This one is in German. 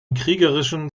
kriegerischen